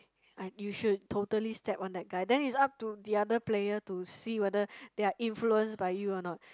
I you should totally step on that guy then it's up to the other player to see whether they are influenced by you or not